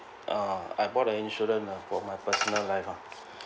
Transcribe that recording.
uh I bought a insurance ah for my personal life ah